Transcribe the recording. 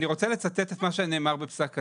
אני רוצה לצטט את מה שנאמר בפסק הדין,